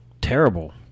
Terrible